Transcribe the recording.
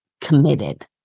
committed